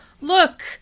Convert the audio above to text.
look